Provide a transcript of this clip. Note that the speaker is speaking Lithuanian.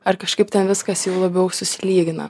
ar kažkaip ten viskas jau labiau susilygina